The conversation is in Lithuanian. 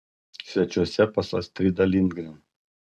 svečiuose pas astridą lindgren